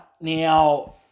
Now